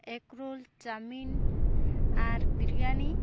egg roll chowmein ᱟᱨ ᱵᱤᱨᱤᱭᱟᱱᱤ